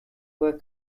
were